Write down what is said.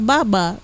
Baba